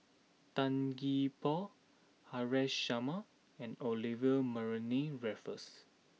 Tan Gee Paw Haresh Sharma and Olivia Mariamne Raffles